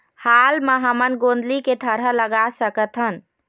हाल मा हमन गोंदली के थरहा लगा सकतहन?